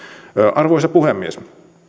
arvoisa puhemies